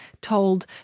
told